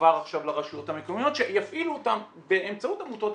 עבר עכשיו לרשויות המקומיות שיפעילו אותן באמצעות עמותות.